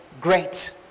great